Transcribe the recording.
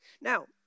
Now